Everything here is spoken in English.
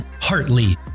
Hartley